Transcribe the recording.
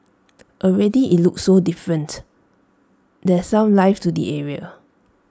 already IT looks so different there's some life to the area